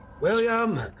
William